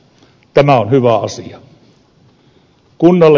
tämä on hyvä asia